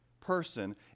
person